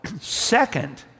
Second